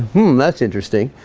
hmm, that's interesting.